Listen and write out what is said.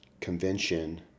convention